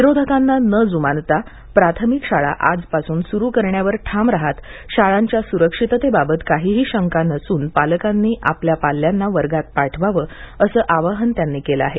विरोधकांना नं ज्मानता प्राथमिक शाळा आजपासून स्रू करण्यावर ठाम रहात शाळांच्या स्रक्षिततेबाबत काही शंका नसून पालकांनी आपल्या पाल्यांना वर्गात पाठवावं असं आवाहन त्यांनी केलं आहे